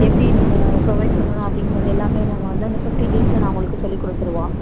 எப்படி நீங்கள் ப்ரொவைட் பண்ணணும் அப்படிங்கறது எல்லாமே நாங்கள் வந்து அந்த ஃபிஃப்டீன் டேஸில் நாங்கள் உங்களுக்கு சொல்லி கொடுத்துருவோம்